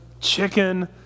chicken